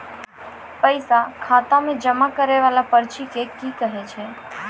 पैसा खाता मे जमा करैय वाला पर्ची के की कहेय छै?